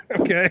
Okay